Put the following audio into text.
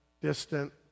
distant